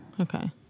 Okay